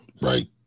right